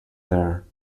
there